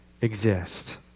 exist